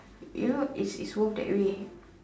you know it's it's worth that way